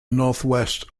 northwest